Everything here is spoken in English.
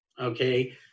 Okay